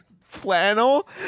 Flannel